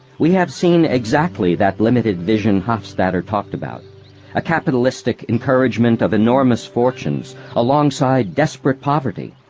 we have seen exactly that limited vision hofstadter talked about a capitalistic encouragement of enormous fortunes alongside desperate poverty,